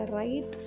right